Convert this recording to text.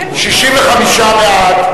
65 בעד,